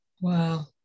Wow